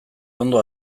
ondo